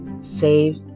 Save